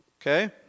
Okay